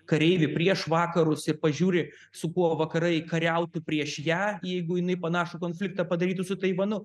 kareivį prieš vakarus ir pažiūri su kuo vakarai kariautų prieš ją jeigu jinai panašų konfliktą padarytų su taivanu